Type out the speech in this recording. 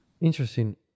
Interesting